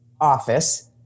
office